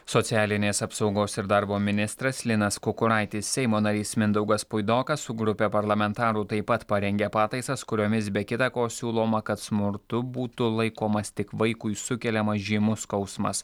socialinės apsaugos ir darbo ministras linas kukuraitis seimo narys mindaugas puidokas su grupe parlamentarų taip pat parengė pataisas kuriomis be kita ko siūloma kad smurtu būtų laikomas tik vaikui sukeliamas žymus skausmas